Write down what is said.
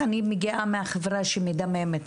אני מגיעה מהחברה שמדממת,